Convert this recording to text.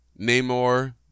Namor